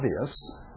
obvious